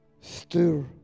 stir